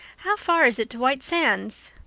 how far is it to white sands?